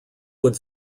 would